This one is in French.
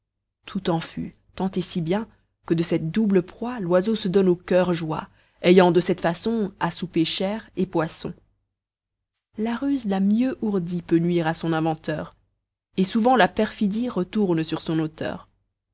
tout en fut tant et si bien que de cette double proie l'oiseau se donne au cœur joie ayant de cette façon à souper chair et poisson la ruse la mieux ourdie peut nuire à son inventeur et souvent la perfidie retourne sur son auteur